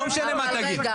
לא משנה מה תגיד.